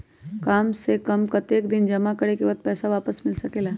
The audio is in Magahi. काम से कम कतेक दिन जमा करें के बाद पैसा वापस मिल सकेला?